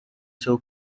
seu